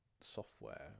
software